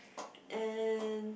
and